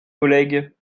collègues